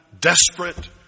desperate